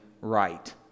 right